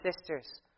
sisters